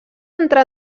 entrar